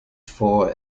for